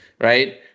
Right